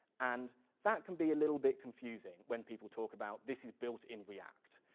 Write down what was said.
and that can be a little bit confusing, when people talk about, this is built in react.